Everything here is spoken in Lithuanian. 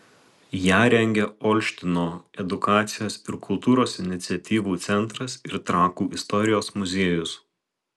ją rengia olštyno edukacijos ir kultūros iniciatyvų centras ir trakų istorijos muziejus